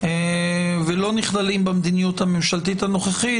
ולא נכללים במדיניות הממשלתית הנוכחית,